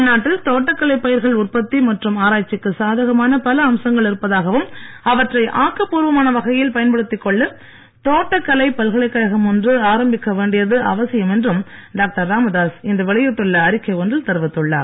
தமிழ்நாட்டில் தோட்டக்கலை பயிர்கள் உற்பத்தி மற்றும் ஆராய்ச்சிக்கு சாதாகமான பல அம்சங்கள் இருப்பதாகவும் அவற்றை ஆக்கப்பூர்வமான வகையில் பயன்படுத்திக் கொள்ள தோட்டக்கலை பல்கலைக் கழகம் ஒன்று ஆரம்பிக்க வேண்டியது அவசியம் என்றும் டாக்டர் ராமதாஸ் இன்று வெளியிட்டுள்ள அறிக்கை ஒன்றில் தெரிவித்துள்ளார்